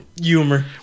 humor